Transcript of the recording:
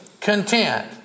content